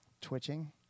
twitching